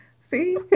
See